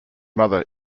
mother